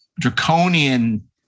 draconian